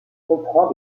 comprend